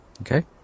Okay